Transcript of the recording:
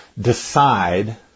decide